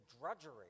drudgery